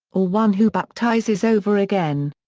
or one who baptizes over again.